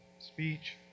speech